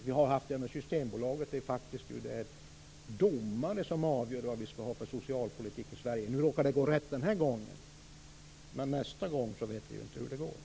Vi har haft fallet med Systembolaget, där det faktiskt är domare som har avgjort vad vi skall ha för socialpolitik i Sverige. Nu råkade det gå rätt den gången, men nästa gång vet vi inte hur det går.